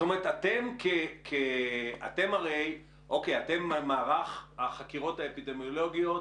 אתם הרי מערך החקירות האפידמיולוגיות,